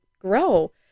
grow